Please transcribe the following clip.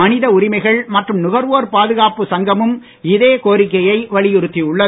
மனித உரிமைகள் மற்றும் நுகர்வோர் பாதுகாப்பு சங்கமும் இதே கோரிக்கையை வலியுறுத்தி உள்ளது